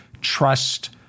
Trust